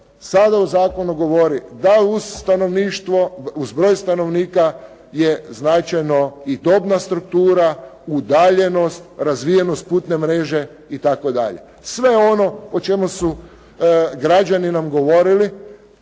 Sada u zakonu govori da uz broj stanovnika je značajna i dobra struktura, udaljenost, razvijenost putne mreže itd. sve ono o čemu su građani nam govorili,